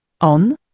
on